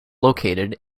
located